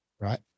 right